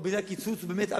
או בגלל קיצוץ באמת,